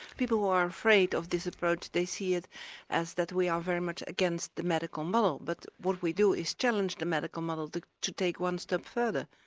people who are afraid of this approach they see it as that we are very much against the medical model but what we do is challenge the medical model to to take one step further.